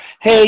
Hey